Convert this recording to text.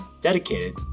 dedicated